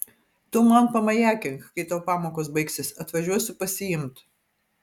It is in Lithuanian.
tu man pamajakink kai tau pamokos baigsis atvažiuosiu pasiimt